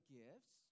gifts